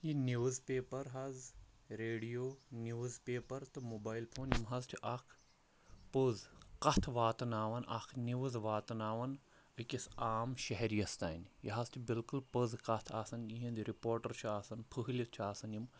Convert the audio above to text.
یہِ newspaper حظ radio newspaper تہٕ موبایل فون یِم حظ چھِ اَکھ پوٚز کَتھ واتناوان اَکھ نِوٕز واتناوان أکِس عام شہرِیَس تام یہِ حظ چھِ بِلکُل پٔز کَتھ آسان یِہِنٛدۍ رِپوٹَر چھُ آسان پھٔہلِتھ چھِ آسان یِم